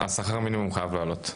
השכר מינימום חייב לעלות.